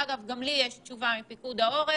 אגב, גם לי יש תשובה מפיקוד העורף